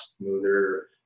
smoother